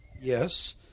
Yes